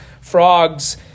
frogs